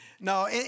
No